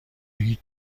هیچ